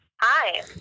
Hi